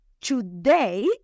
today